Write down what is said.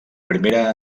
primera